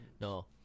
no